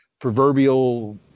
proverbial